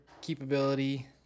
capability